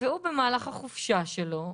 והוא במהלך החופשה שלו,